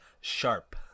sharp